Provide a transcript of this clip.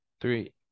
three